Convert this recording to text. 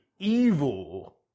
Evil